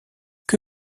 que